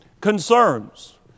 Concerns